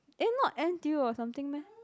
eh not N_T_U or something meh